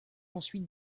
ensuite